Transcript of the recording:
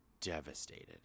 devastated